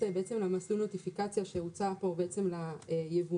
בעצם למסלול הנוטיפיקציה שהוצע פה בעצם ליבואנים,